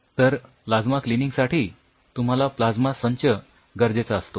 तर plasma cleaning साठी तुम्हाला प्लाज्मा संच गरजेचा असतो